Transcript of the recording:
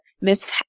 Miss